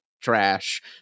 trash